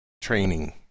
training